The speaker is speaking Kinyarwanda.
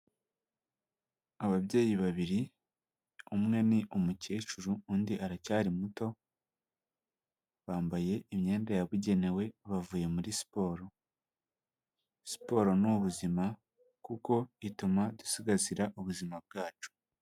Ababyeyi babiri umwe ni umukecuru undi aracyari muto bambaye imyenda yabugenewe bavuye muri siporo, siporo nubuzima kuko ituma dusigasira ubuzima bwacu.